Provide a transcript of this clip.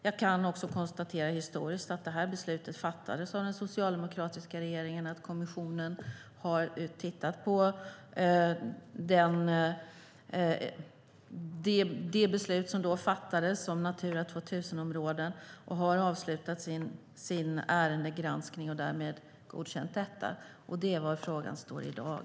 Jag kan också konstatera historiskt att det här beslutet fattades av den socialdemokratiska regeringen och att kommissionen har tittat på det beslut om Natura 2000-områden som då fattades, har avslutat sin ärendegranskning och därmed har godkänt detta. Det är där frågan står i dag.